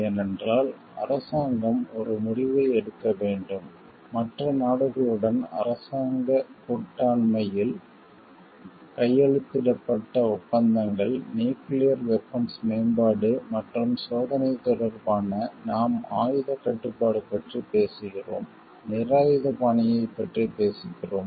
ஏனென்றால் அரசாங்கம் ஒரு முடிவை எடுக்க வேண்டும் மற்ற நாடுகளுடன் அரசாங்க கூட்டாண்மையில் கையெழுத்திடப்பட்ட ஒப்பந்தங்கள் நியூக்கிளியர் வெபன்ஸ் மேம்பாடு மற்றும் சோதனை தொடர்பாக நாம் ஆயுதக் கட்டுப்பாடு பற்றி பேசுகிறோம் நிராயுதபாணியைப் பற்றி பேசுகிறோம்